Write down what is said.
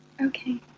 Okay